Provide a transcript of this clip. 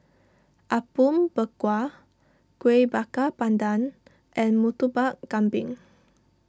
Apom Berkuah Kueh Bakar Pandan and Murtabak Kambing